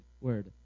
word